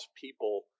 people